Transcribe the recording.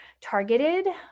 targeted